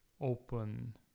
open